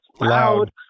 loud